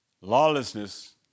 Lawlessness